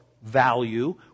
value